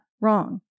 wrong